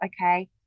okay